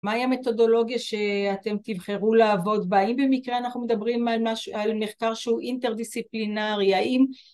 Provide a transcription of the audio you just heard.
מהי המתודולוגיה שאתם תבחרו לעבוד בה, אם במקרה אנחנו מדברים על מחקר שהוא אינטרדיסציפלינרי, האם